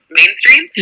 mainstream